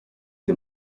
the